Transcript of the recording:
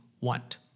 want